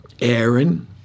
Aaron